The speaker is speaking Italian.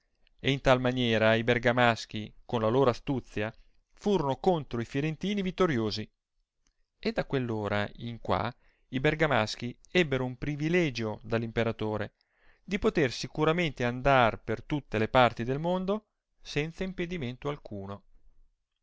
e in tal maniera i bergamaschi con la loro astuzia furono contro i firentini vittoriosi e da quell ora in qua i bergamaschi ebbero un privilegio dall imperatore di poter sicuramente andar per tutte le parti del mondo senza impedimento alcuno